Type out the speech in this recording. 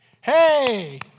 Hey